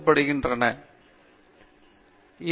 பேராசிரியர் பிரதாப் ஹரிதாஸ் சரி